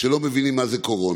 שלא מבינים מה זה קורונה.